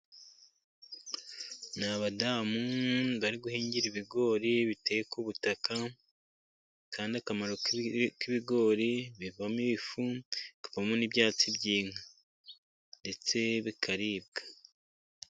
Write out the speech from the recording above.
Ni abadamu bari guhingira ibigori biteye ku butaka, kandi akamaro k'ibigori bivamo ifu bivamo n'ibyatsi by'inka ndetse bikaribwa.